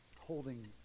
holding